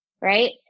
right